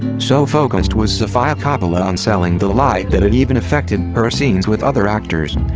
so focussed was sofia coppola on selling the lie that it even affected her scenes with other actors.